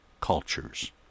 cultures